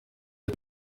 ati